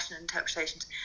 interpretations